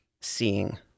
seeing